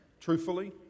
Truthfully